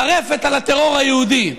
טרפת על הטרור היהודי.